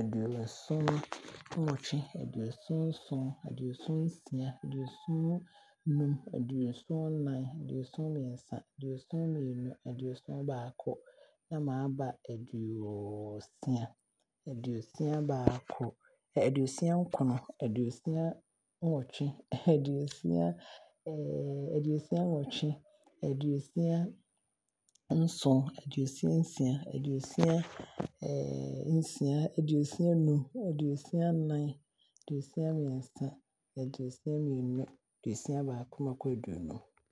aduoson-nnwɔtwe, aduoson-nson, aduoson-nsia, aduoson-num, aduoson-nnan, aduoson-mmiɛnsa, aduoson-mmienu, aduoson-baako, na maaba aduosia. Aduosia-baako aduosi-nkron, aduosia-nnwɔtwe aduosia-nnwɔtwe, aduosia-nson, aduosia-nsia, aduosia-nun, aduosia-nnan, aduosia-mmiɛsa, aduosia-mmienu, aduosia-baako na makɔ aduonum.